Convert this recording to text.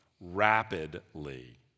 rapidly